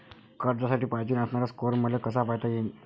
कर्जासाठी पायजेन असणारा स्कोर मले कसा पायता येईन?